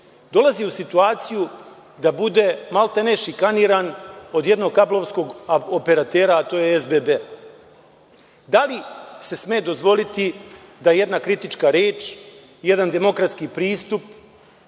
dolazi u situaciju da bude maltene šikaniran do jednog kablovskog operatera, a to je SBB.Da li se sme dozvoliti da jedna kritička reč, jedan demokratski pristup